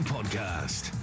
Podcast